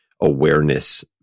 awareness